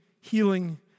healing